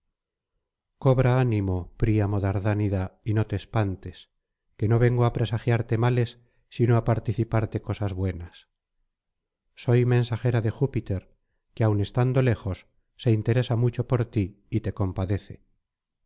cobra ánimo príamo dardánida y no te espantes que no vengo á presagiarte males sino á participarte cosas buenas soy mensajera de júpiter que aun estando lejos se interesa mucho por ti y te compadece